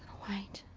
white.